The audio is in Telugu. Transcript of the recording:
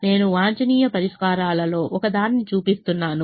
నేను వాంఛనీయ పరిష్కారాలలో ఒకదాన్ని చూపిస్తున్నాను